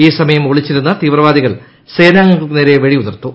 ഈ സമൃത്ര് ഒളിച്ചിരുന്ന് തീവ്രവാദികൾ സേനാംഗങ്ങൾക്കു നേരെ വ്വെടിയ്ടുതിർത്തു